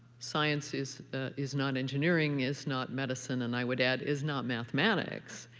sciences is not engineering is not medicine, and i would add is not mathematics.